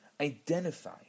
Identify